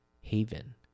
haven